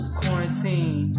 quarantine